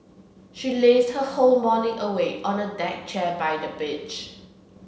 she lazed her whole morning away on a deck chair by the beach